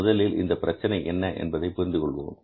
முதலில் இந்த பிரச்சனை என்ன என்பதை புரிந்து கொள்வோம்